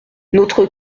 notre